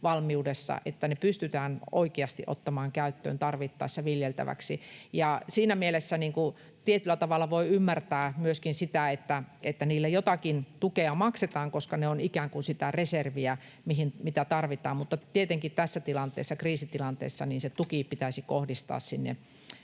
valmiudessa, että ne pystytään oikeasti ottamaan tarvittaessa viljeltäväksi. [Jari Leppä: Kyllä!] Siinä mielessä tietyllä tavalla voi ymmärtää myöskin sitä, että niille jotakin tukea maksetaan, koska ne ovat ikään kuin sitä reserviä, mitä tarvitaan, mutta tietenkin tässä tilanteessa, kriisitilanteessa, se tuki pitäisi kohdistaa sinne